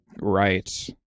Right